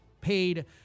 paid